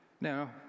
now